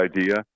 idea